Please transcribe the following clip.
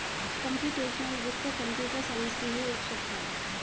computational वित्त computer science की ही एक शाखा है